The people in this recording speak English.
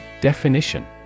Definition